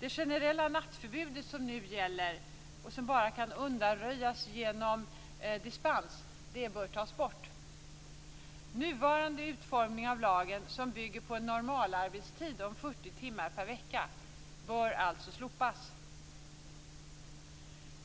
Det generella nattarbetsförbudet som nu gäller, och som bara kan undanröjas genom dispens, bör tas bort. Nuvarande utformning av lagen, som bygger på en normalarbetstid om 40 timmar per vecka, bör alltså slopas.